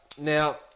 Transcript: Now